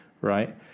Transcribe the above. right